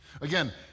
Again